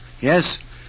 Yes